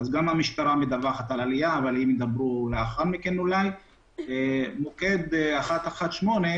גם המשטרה מדווחת על עליה, אבל במוקד 118,